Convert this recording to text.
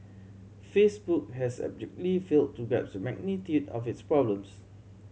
Facebook has abjectly failed to grasp the magnitude of its problems